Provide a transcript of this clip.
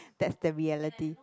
that's the reality